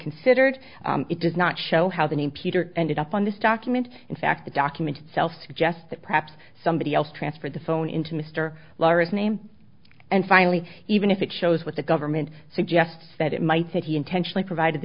considered it does not show how the name peter ended up on this document in fact the document itself suggests that perhaps somebody else transferred the phone into mr lara's name and finally even if it shows what the government suggests that it might he intentionally provided the